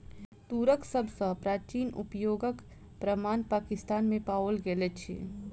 तूरक सभ सॅ प्राचीन उपयोगक प्रमाण पाकिस्तान में पाओल गेल अछि